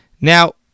Now